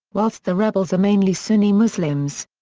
whilst the rebels are mainly sunni muslims.